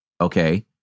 okay